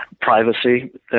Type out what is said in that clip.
privacy